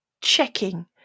checking